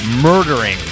murdering